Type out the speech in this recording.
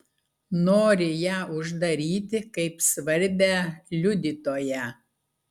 nori ją uždaryti kaip svarbią liudytoją